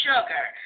sugar